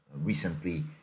Recently